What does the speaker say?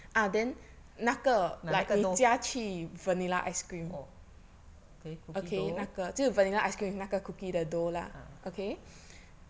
哪一个 dough orh okay cookie dough ah